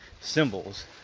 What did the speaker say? symbols